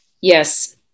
Yes